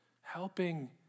helping